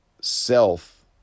self